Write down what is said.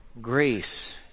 Grace